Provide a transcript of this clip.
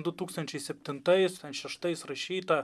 du tūkstančiai septintais šeštais rašyta